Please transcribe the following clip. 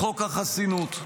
לחוק החסינות.